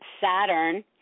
Saturn